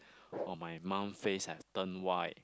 oh my mum face have turned white